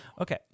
Okay